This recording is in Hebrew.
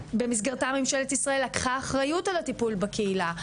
שבמסגרתה ממשלת ישראל לקחה אחריות על הטיפול בקהילה.